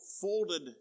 folded